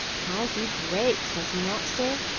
how he breaks, does he not, sir?